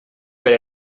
per